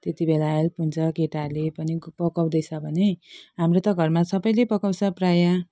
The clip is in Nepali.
त्यति बेला हेल्प हुन्छ केटाहरूले पनि पकाउँदैछ भने हाम्रो त घरमा सबैले पकाउँछ प्राय